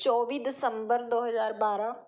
ਚੌਵੀ ਦਸੰਬਰ ਦੋ ਹਜ਼ਾਰ ਬਾਰਾਂ